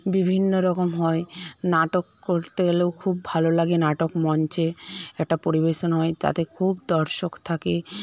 বিভিন্নরকম হয় নাটক করতে গেলে খুব ভালো লাগে নাটক মঞ্চে একটা পরিবেশন হয় তাতে খুব দর্শক থাকে